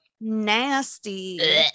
Nasty